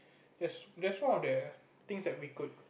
there's there's one of the things we could